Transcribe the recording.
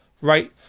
right